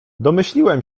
domyśliłem